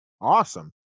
awesome